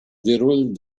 déroule